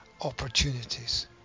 opportunities